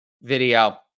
Video